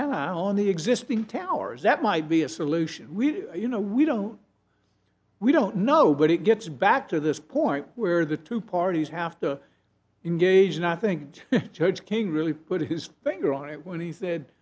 the existing towers that might be a solution we you know we don't we don't know but it gets back to this point where the two parties have to engage and i think judge king really put his finger on it when he said